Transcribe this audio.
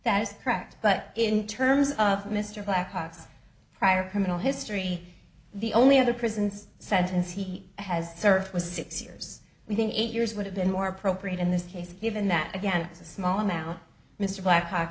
that is correct but in terms of mr blackbox prior criminal history the only other prisons sentence he has served was six years we think eight years would have been more appropriate in this case given that again it's a small amount mr blackhawk